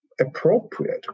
appropriate